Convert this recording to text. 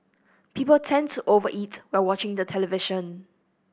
people tend to over eat while watching the television